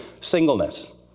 singleness